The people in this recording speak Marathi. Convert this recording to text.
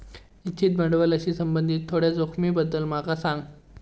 निश्चित भांडवलाशी संबंधित थोड्या जोखमींबद्दल माका जरा सांग